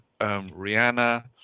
Rihanna